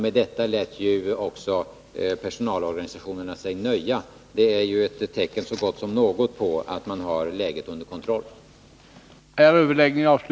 Med detta lät också personalorganisationerna sig nöja. Det är ett tecken så gott som något på att man har läget under kontroll.